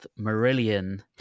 Marillion